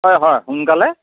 হয় হয় সোনকালে